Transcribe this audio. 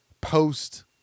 post